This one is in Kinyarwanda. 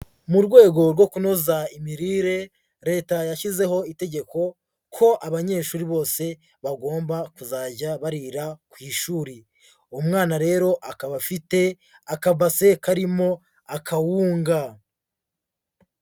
Mu rwego rwo kunoza imirire Leta yashyizeho itegeko ko abanyeshuri bose bagomba kuzajya barira ku ishuri, umwana rero akaba afite akabase karimo akawunga.